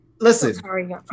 Listen